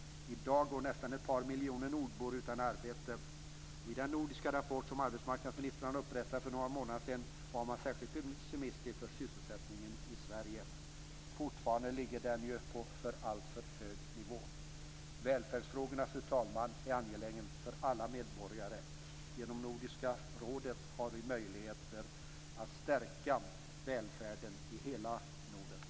I dag går nästan ett par miljoner nordbor utan arbete. Och i den nordiska rapport som arbetsmarknadsministern upprättade för någon månad sedan var man särskilt pessimistisk när det gällde sysselsättningen i Sverige. Fortfarande ligger ju den på en alltför hög nivå. Fru talman! Välfärdsfrågorna är angelägna för alla medborgare. Genom Nordiska rådet har vi möjligheter att stärka välfärden i hela Norden.